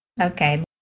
Okay